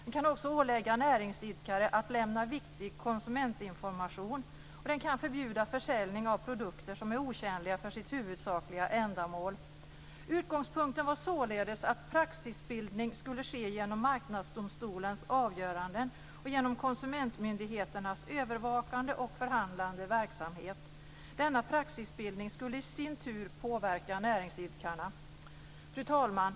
Den kan också ålägga näringsidkare att lämna viktig konsumentinformation, och den kan förbjuda försäljning av produkter som är otjänliga för sitt huvudsakliga ändamål. Utgångspunkten var således att praxisbildning skulle ske genom Marknadsdomstolens avgöranden och genom konsumentmyndigheternas övervakande och förhandlande verksamhet. Denna praxisbildning skulle i sin tur påverka näringsidkarna. Fru talman!